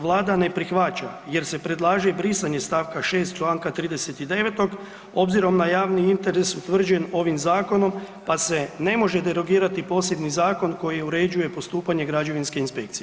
Vlada ne prihvaća jer se predlaže i brisanje stavka 6. Članka 39. obzirom na javni interes utvrđen ovim zakonom pa se ne može derogirati posebni zakon koji uređuje postupanje građevinske inspekcije.